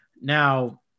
Now